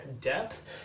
depth